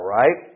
right